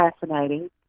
fascinating